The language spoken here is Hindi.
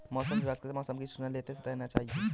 मौसम विभाग से मौसम की सूचना लेते रहना चाहिये?